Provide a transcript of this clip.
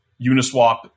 Uniswap